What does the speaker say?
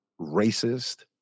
racist